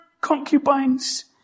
concubines